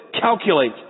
calculate